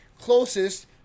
closest